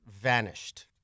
vanished